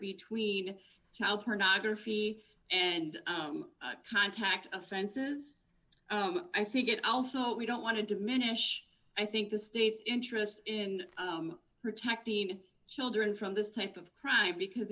between child pornography and contact offenses i think it also we don't want to diminish i think the state's interest in protecting children from this type of crime because